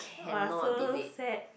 !wah! so sad